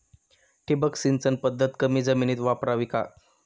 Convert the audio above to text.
ठिबक सिंचन पद्धत कमी जमिनीत वापरावी का?